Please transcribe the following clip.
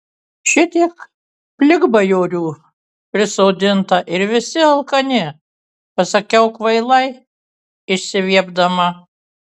šitiek plikbajorių prisodinta ir visi alkani pasakiau kvailai išsiviepdama